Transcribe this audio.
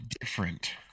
different